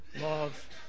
Love